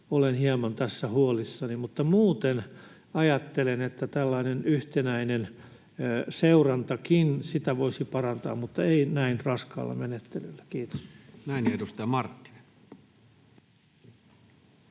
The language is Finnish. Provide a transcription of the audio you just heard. olen hieman tässä huolissani. Mutta muuten ajattelen, että tällainen yhtenäinen seurantakin sitä voisi parantaa, mutta ei näin raskaalla menettelyllä. — Kiitos. [Speech